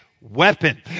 weapon